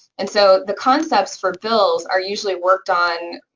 and so the concepts for bills are usually worked on,